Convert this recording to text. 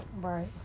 Right